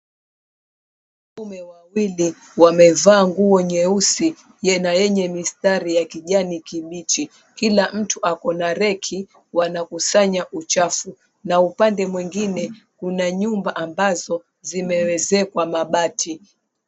Wanaume wawili wamevaa nguo nyeusi na yenye mistari ya kijani kibichi kila mtu ako na reki wanakusanya uchafu na upande mwengine kuna nyumba ambazo zimewezekwa mabati.